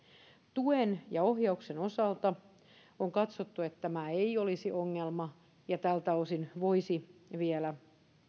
tuen ja ohjauksen osalta on katsottu että tämä ei olisi ongelma ja tältä osin voisi vielä